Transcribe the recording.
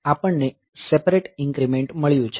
આપણને separate increment મળ્યું છે